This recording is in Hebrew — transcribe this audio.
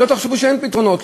שלא תחשבו שאין פתרונות,